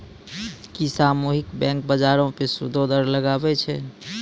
कि सामुहिक बैंक, बजारो पे सूदो दर लगाबै छै?